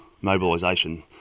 mobilisation